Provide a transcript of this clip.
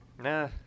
Nah